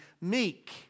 meek